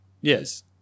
Yes